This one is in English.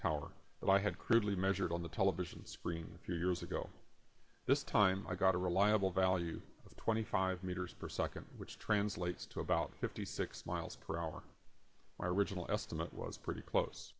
i had crudely measured on the television screen few years ago this time i got a reliable value of twenty five meters per second which translates to about fifty six miles per hour my original estimate was pretty close